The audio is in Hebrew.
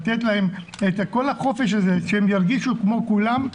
לתת להם את כל החופש הזה שהם ירגישו כמו כולם,